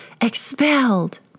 Expelled